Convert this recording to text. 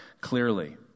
clearly